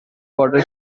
potter